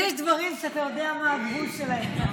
יש דברים שאתה יודע מה הגבול שלהם.